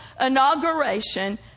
inauguration